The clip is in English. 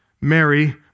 Mary